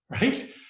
right